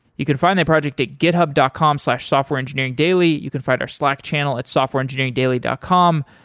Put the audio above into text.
you can find that project to github dot com slash softwareengineeringdaily. you can find our slack channel at softwareengineeringdaily dot com.